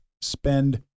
spend